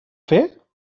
fer